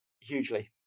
hugely